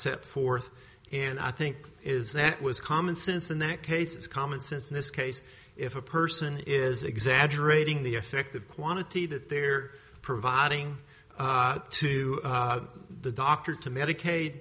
sept fourth and i think is that was common sense in that case it's common sense in this case if a person is exaggerating the effect of quantity that they're providing to the doctor to medica